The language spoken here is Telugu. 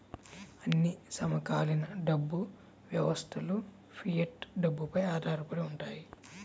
అన్ని సమకాలీన డబ్బు వ్యవస్థలుఫియట్ డబ్బుపై ఆధారపడి ఉంటాయి